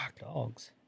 dogs